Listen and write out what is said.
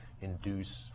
induce